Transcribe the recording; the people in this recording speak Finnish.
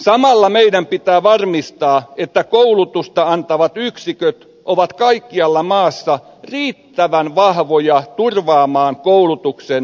samalla meidän pitää varmistaa että koulutusta antavat yksiköt ovat kaikkialla maassa riittävän vahvoja turvaamaan koulutuksen korkean laadun